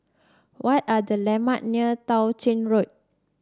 what are the landmark near Tao Ching Road